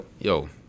yo